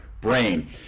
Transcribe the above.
brain